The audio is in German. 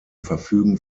verfügen